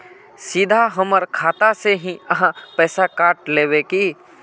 सीधा हमर खाता से ही आहाँ पैसा काट लेबे की?